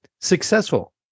successful